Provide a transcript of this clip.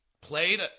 played